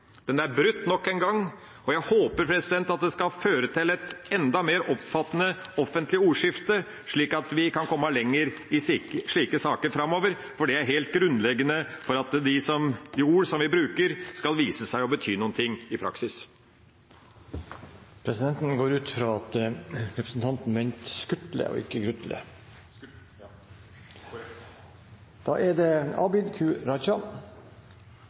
og jeg håper at det skal føre til et enda mer omfattende offentlig ordskifte, slik at vi kan komme lenger i slike saker framover. Det er helt grunnleggende for at de ord vi bruker, skal vise seg å bety noe i praksis. Presidenten går ut fra at Lundteigen mente representanten Skutle og ikke Grutle. Ja, det er helt korrekt. La meg, innledningsvis, som flere andre har gjort før meg, understreke det